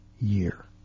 year